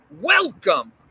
Welcome